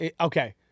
Okay